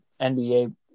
NBA